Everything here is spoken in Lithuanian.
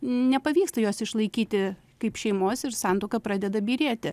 nepavyksta jos išlaikyti kaip šeimos ir santuoka pradeda byrėti